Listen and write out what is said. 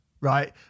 right